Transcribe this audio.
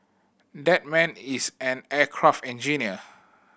that man is an aircraft engineer